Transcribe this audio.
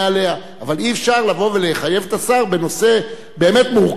אבל אי-אפשר לבוא ולחייב את השר בנושא באמת מורכב כל כך,